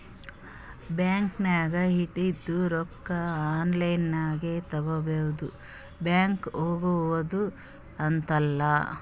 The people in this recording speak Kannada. ಬ್ಯಾಂಕ್ ನಾಗ್ ಇಟ್ಟಿದು ರೊಕ್ಕಾ ಆನ್ಲೈನ್ ನಾಗೆ ತಗೋಬೋದು ಬ್ಯಾಂಕ್ಗ ಹೋಗಗ್ದು ಹತ್ತಲ್